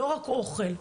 לא רק אוכל.